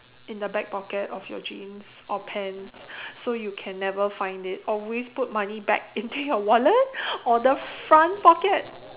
in the back pocket of your jeans or pants so you can never find it always put money back into your wallet or the front pocket